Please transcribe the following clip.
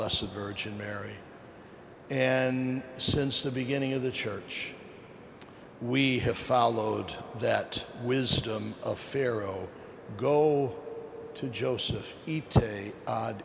bless of virgin mary and since the beginning of the church we have followed that wisdom of pharaoh go to joseph